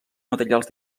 materials